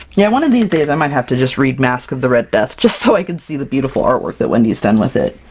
yeah, one of these days i might have to just read masque of the red death, just so i can see the beautiful artwork that wendy's done with it.